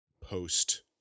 post